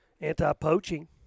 anti-poaching